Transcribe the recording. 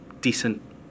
decent